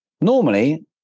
Normally